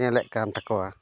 ᱧᱮᱞᱮᱫ ᱠᱟᱱ ᱛᱟᱠᱚᱣᱟ